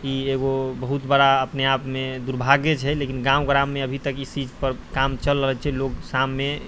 ई एगो बहुत बड़ा अपने आपमे दुर्भाग्य छै लेकिन गाँव ग्राममे अभी तक एहि चीजपर काम चलि रहल छै लोक शाममे